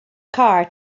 car